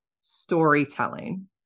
storytelling